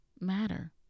matter